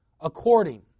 According